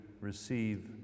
receive